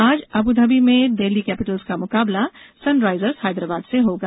आज अब्धावी में डेल्ही कैपिटल्स का मुकाबला सन राईजर्स हैदराबाद से होगा